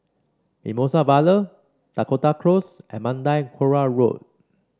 Mimosa Vale Dakota Close and Mandai Quarry Road